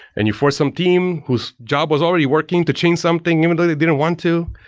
and you force some team whose job was already working to change something even though they didn't want to.